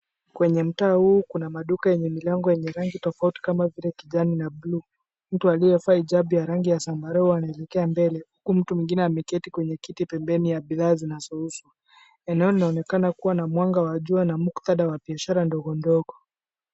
Kwenye mtaa huu kuna maduka yenye milango yenye rangi tofauti kama vile kijani na buluu. Mtu aliyevaa hijabu ya rangi ya zambarau anaelekea mbele. Huyu mtu mwingine ameketi kwenye kiti pembeni ya bidhaa zinazouzwa. Eneo linaonekana kuwa na mwanga wa jua na muktadha wa biashara ndogo ndogo.